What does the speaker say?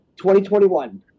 2021